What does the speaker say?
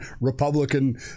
Republican